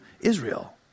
Israel